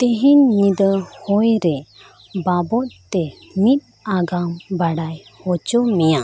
ᱛᱮᱦᱮᱧ ᱧᱤᱫᱟᱹ ᱦᱚᱭᱨᱮ ᱵᱟᱵᱚᱫᱛᱮ ᱢᱤᱫ ᱟᱜᱟᱢ ᱵᱟᱰᱟᱭ ᱦᱚᱪᱚ ᱢᱮᱭᱟ